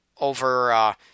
Over